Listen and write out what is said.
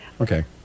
Okay